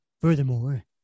Furthermore